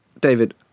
David